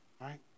right